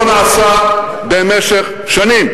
לא נעשה במשך שנים.